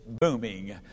booming